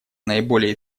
наиболее